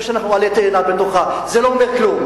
זה שאנחנו עלה תאנה בתוכה זה לא אומר כלום.